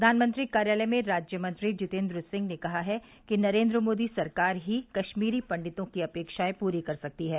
प्रधानमंत्री कार्यालय में राज्य मंत्री जितेन्द्र सिंह ने कहा है कि नरेन्द्र मोदी सरकार ही कश्मीरी पंडितों की अपेक्षाएं पूरी कर सकती है